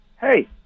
hey